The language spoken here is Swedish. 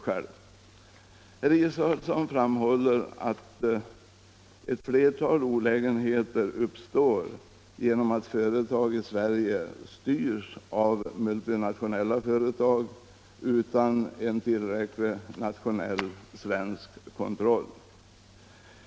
Herr Israelsson framhåller att ett flertal olägenheter uppstår genom att företag i Sverige styrs av multinationella företag utan en tillräcklig nationell svensk kontroll.